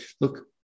look